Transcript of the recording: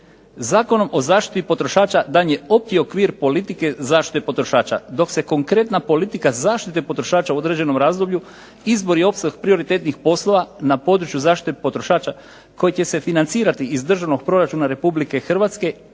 Zakonom o zašiti potrošača daljnji je opći okvir politike zaštite potrošača dok se konkretna politika zaštite potrošača u određenom razdoblju izbor i opseg prioritetnih poslova na području zaštite potrošača koji će se financirati iz Državnog proračuna Republike Hrvatske